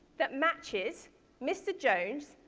that matches mr. jones,